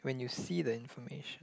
when you see the information